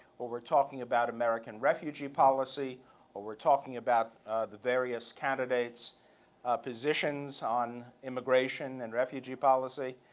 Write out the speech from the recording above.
or we're talking about american refugee policy or we're talking about the various candidates' positions on immigration and refugee policy.